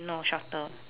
no shorter